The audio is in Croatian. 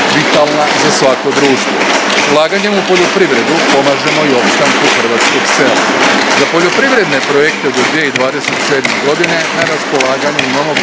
vitalna za svako društvo. Ulaganjem u poljoprivredu pomažemo i opstanku hrvatskog sela. Za poljoprivredne projekte do 2027. godine na raspolaganju imamo